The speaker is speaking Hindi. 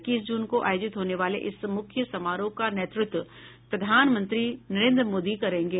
इक्कीस जून को आयोजित होने वाले इस मुख्य कार्यक्रम का नेतृत्व प्रधानमंत्री नरेन्द्र मोदी करेंगे